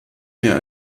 mehr